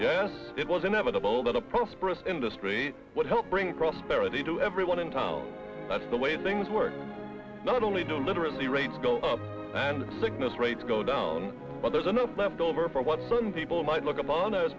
yes it was inevitable that a prosperous industry would help bring prosperity to everyone in town that's the way things work not only don't literacy rates go up and sickness rates go down but there's enough left over for what some people might look upon a